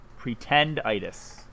Pretenditis